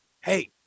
Hey